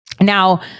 Now